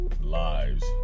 lives